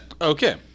Okay